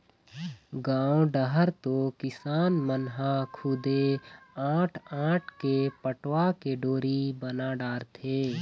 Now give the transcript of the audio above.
गाँव डहर तो किसान मन ह खुदे आंट आंट के पटवा के डोरी बना डारथे